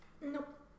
Nope